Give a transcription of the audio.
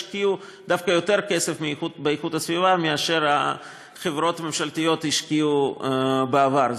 השקיעו דווקא יותר כסף בהגנת הסביבה ממה שחברות ממשלתיות השקיעו בעבר.